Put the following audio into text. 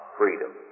freedom